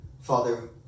Father